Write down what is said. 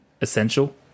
essential